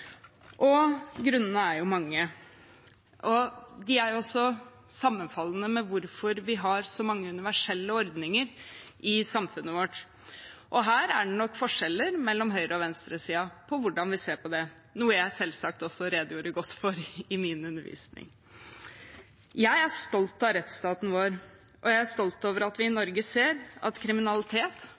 Grunnene er jo mange, og de er også sammenfallende med hvorfor vi har så mange universelle ordninger i samfunnet vårt. Her er det nok forskjeller mellom høyre- og venstresiden i hvordan vi ser på det, noe jeg selvsagt redegjorde godt for i min undervisning. Jeg er stolt av rettsstaten vår, og jeg er stolt over at vi i Norge ser at kriminalitet,